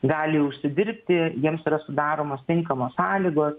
gali užsidirbti jiems yra sudaromos tinkamos sąlygos